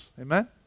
amen